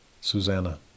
Susanna